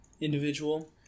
individual